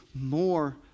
more